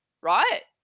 right